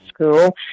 school